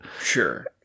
Sure